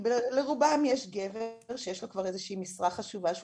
כי לרובן יש גבר שיש לו כבר איזו שהיא משרה חשובה שהוא